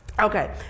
Okay